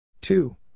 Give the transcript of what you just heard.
Two